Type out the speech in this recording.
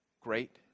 Great